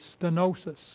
stenosis